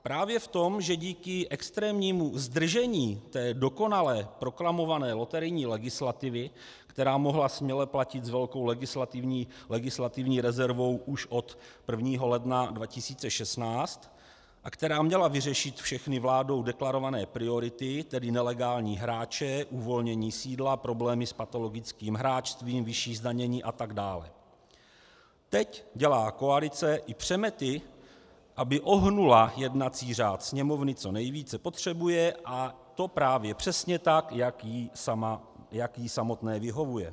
Právě v tom, že díky extrémnímu zdržení dokonalé proklamované loterijní legislativy, která mohla směle platit s velkou legislativní rezervou už od 1. ledna 2016 a která měla vyřešit všechny vládou deklarované priority, tedy nelegální hráče, uvolnění sídla, problémy s patologickým hráčstvím, vyšší zdanění a tak dále, teď dělá koalice i přemety, aby ohnula jednací řád Sněmovny, co nejvíce potřebuje, a to právě přesně tak, jak jí samotné vyhovuje.